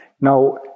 Now